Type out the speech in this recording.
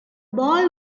boy